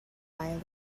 violin